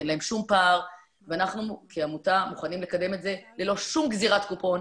אין להם שום פער ואנחנו כעמותה מוכנים לקדם את זה ללא שום גזירת קופון,